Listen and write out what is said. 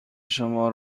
شما